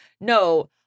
no